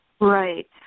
Right